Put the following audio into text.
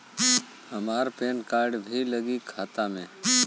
हमार PAN card भी लगी खाता में?